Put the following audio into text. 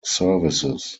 services